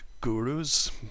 gurus